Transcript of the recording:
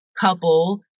couple